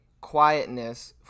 quietness